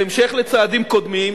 בהמשך לצעדים קודמים,